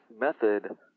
method